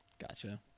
Gotcha